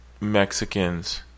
Mexicans